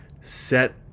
set